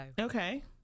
Okay